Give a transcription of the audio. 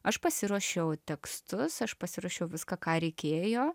aš pasiruošiau tekstus aš pasirašiau viską ką reikėjo